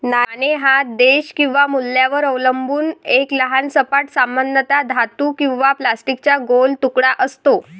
नाणे हा देश किंवा मूल्यावर अवलंबून एक लहान सपाट, सामान्यतः धातू किंवा प्लास्टिकचा गोल तुकडा असतो